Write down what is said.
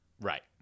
right